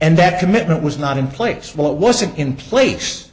and that commitment was not in place but wasn't in place